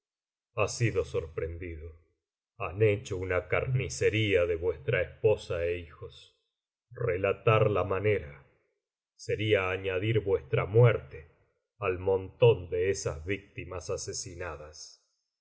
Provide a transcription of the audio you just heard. ha sido sorprendido han hecho una carnicería de vuestra esposa é hijos relatar la manera sería añadir vuestra muerte al montón de esas víctimas asesinadas